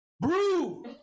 Brew